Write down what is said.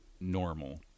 normal